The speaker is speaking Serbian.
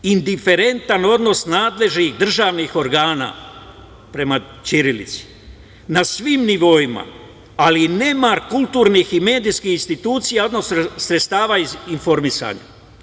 Indiferentan odnos nadležnih državnih organa prema ćirilici na svim nivoima, ali i nemar kulturnih i medijskih institucija, odnos sredstava informisanja.